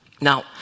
Now